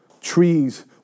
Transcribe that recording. Trees